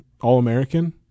All-American